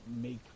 Make